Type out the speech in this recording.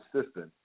assistant